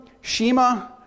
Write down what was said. Shema